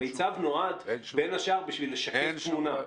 המיצ"ב נועד בין השאר בשביל לשקף תמונה.